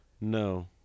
No